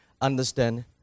understand